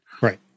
right